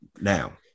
Now